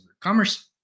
Commerce